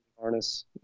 Harness